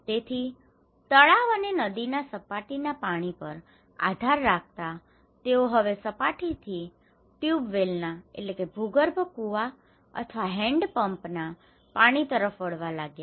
તેથી તળાવ અને નદીના સપાટીના પાણી પર આધાર રાખતા તેઓ હવે સપાટીથી ટ્યુબવેલના tube well ભૂગર્ભ કૂવા અથવા હેન્ડ પંપના hand pump હાથ પંપ પાણી તરફ વળવા લાગ્યા